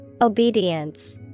Obedience